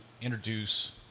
introduce